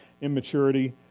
Immaturity